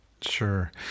Sure